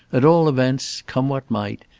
at all events, come what might,